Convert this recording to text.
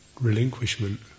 relinquishment